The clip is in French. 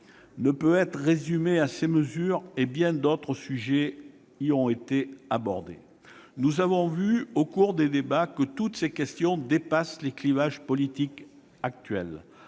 ne peut pas être résumé à ces mesures et bien d'autres sujets y ont été abordés. Nous avons vu au cours des débats que toutes ces questions dépassent les clivages politiques actuels